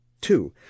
Two